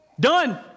Done